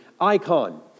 icon